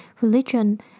religion